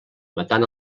matant